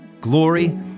Glory